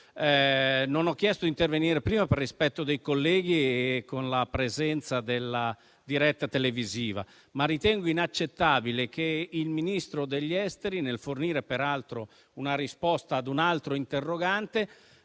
Non ho chiesto di intervenire prima per rispetto dei colleghi e per la presenza della diretta televisiva, ma ritengo inaccettabile che il Ministro degli affari esteri, nel fornire peraltro una risposta ad un altro interrogante,